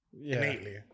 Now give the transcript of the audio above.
Innately